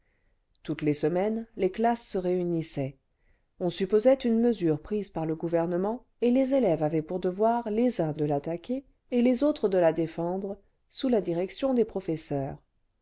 toutes les semaines les classes se réunissaient on supposait une mesure prise par le gouvernement et les élèves avaient pour devoir les uns de l'attaquer et les autres de la défendre sous la direction des professeurs